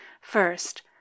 First